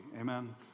Amen